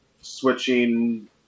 switching